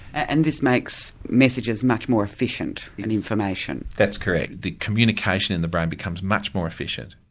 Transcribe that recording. and this makes messages much more efficient and information. that's correct the communication in the brain becomes much more efficient.